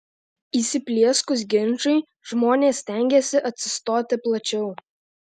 įsiplieskus ginčui žmonės stengiasi atsistoti plačiau